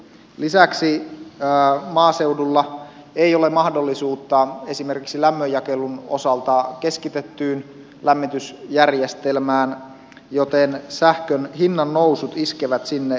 lisäksi maaseudulla ei ole mahdollisuutta esimerkiksi lämmönjakelun osalta keskitettyyn lämmitysjärjestelmään joten sähkön hinnannousut iskevät sinne kovemmin